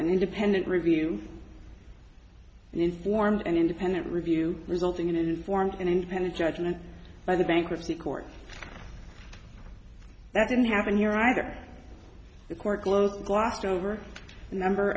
independent review and informed and independent review resulting in an informed and independent judgment by the bankruptcy court that didn't happen here either the court blows glossed over a number